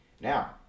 Now